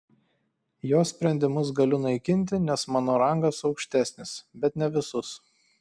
jo sprendimus galiu naikinti nes mano rangas aukštesnis bet ne visus